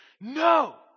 no